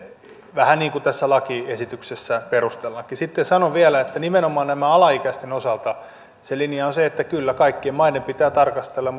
vähän niin kuin tässä lakiesityksessä perusteellaankin sitten sanon vielä että nimenomaan alaikäisten osalta se linja on se että kyllä kaikkien maiden pitää tarkastella